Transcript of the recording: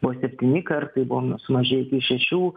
buvo septyni kartai buvo na sumažėjusi iki šešių